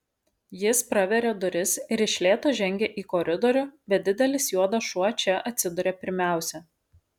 jis praveria duris ir iš lėto žengia į koridorių bet didelis juodas šuo čia atsiduria pirmiausia